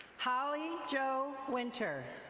holly jo winter.